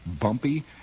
bumpy